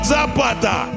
Zapata